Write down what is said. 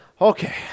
Okay